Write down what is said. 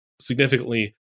significantly